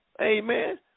Amen